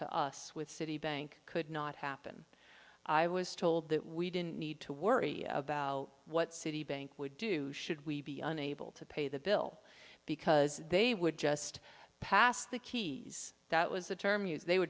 to us with citibank could not happen i was told that we didn't need to worry about what citibank would do should we be unable to pay the bill because they would just pass the keys that was a term use they w